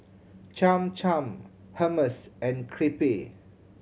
Cham Cham Hummus and Crepe